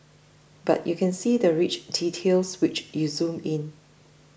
but you can see the rich details when you zoom in